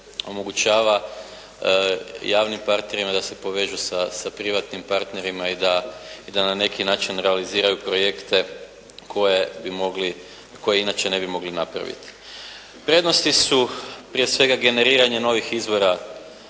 omogućava javnim partnerima da se povežu sa privatnim partnerima i da na neki način realiziraju projekte koje bi mogli, koje inače ne bi mogli napraviti. Prednosti su prije svega generiranje novih izvora